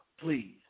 please